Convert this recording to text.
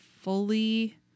fully